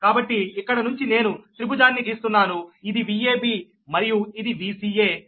కాబట్టి ఇక్కడి నుంచి నేను త్రిభుజాన్ని గీస్తున్నాను ఇది Vab మరియు ఇది Vca